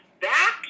back